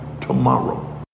tomorrow